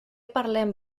parlem